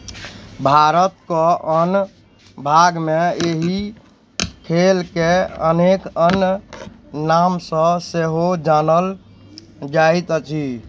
भारतके अन्य भागमे एहि खेलकेँ अनेक अन्य नामसँ सेहो जानल जाइत अछि